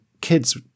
kids